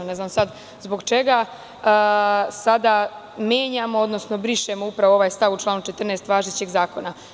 Ne znam zbog čega sada menjamo, odnosno brišemo upravo ovaj stav u člana 14. važećeg zakona?